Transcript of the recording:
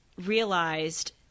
realized